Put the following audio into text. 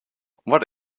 what